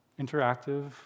interactive